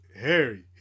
Harry